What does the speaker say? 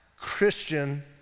Christian